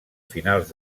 finals